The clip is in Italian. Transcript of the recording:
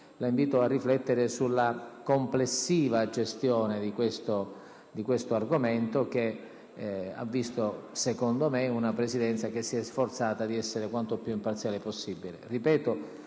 la invito a riflettere sulla complessiva gestione di questo argomento che ha visto, secondo me, una Presidenza che si è sforzata di essere quanto più imparziale possibile.